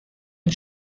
and